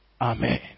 Amen